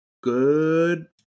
good